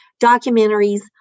Documentaries